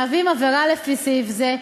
מהווים עבירה לפי סעיף זה,